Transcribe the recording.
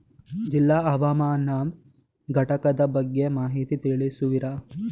ಜಿಲ್ಲಾ ಹವಾಮಾನ ಘಟಕದ ಬಗ್ಗೆ ಮಾಹಿತಿ ತಿಳಿಸುವಿರಾ?